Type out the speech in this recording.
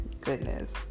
goodness